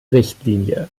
richtlinie